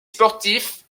sportifs